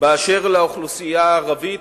באשר לאוכלוסייה הערבית,